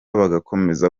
bagakomeza